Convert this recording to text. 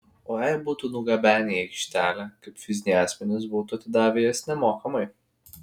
o jei būtų nugabenę į aikštelę kaip fiziniai asmenys būtų atidavę jas nemokamai